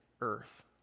earth